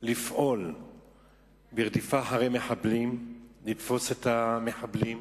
לפעול ברדיפה אחרי מחבלים, לתפוס מחבלים,